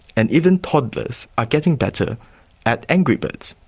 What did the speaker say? and even toddlers are getting better at angry birds.